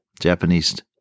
Japanese